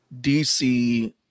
DC